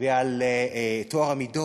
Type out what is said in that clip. ועל טוהר המידות,